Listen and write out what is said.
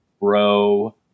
bro